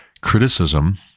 criticism